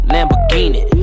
Lamborghini